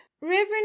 Reverend